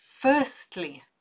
Firstly